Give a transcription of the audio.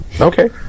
Okay